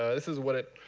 ah this is what it